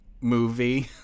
movie